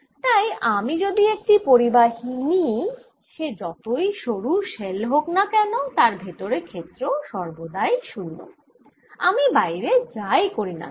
তাই আমি যদি একটি পরিবাহী নিই সে যতই সরু শেল হোক না কেন তার ভেতরে ক্ষেত্র সর্বদাই 0 আমি বাইরে যাই করি না কেন